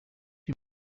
you